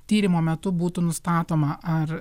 tyrimo metu būtų nustatoma ar